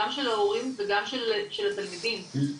גם של ההורים וגם של התלמידים.